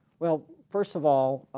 well first of all